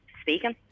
Speaking